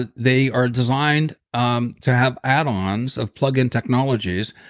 ah they are designed um to have ad-ons of plugin technologies.